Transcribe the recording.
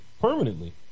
permanently